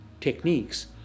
techniques